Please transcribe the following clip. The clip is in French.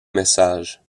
message